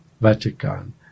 Vatican